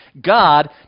God